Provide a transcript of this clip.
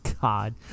God